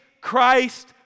Christ